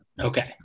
Okay